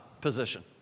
position